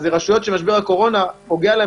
אלה רשויות שמשבר הקורונה פוגע להן